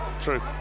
true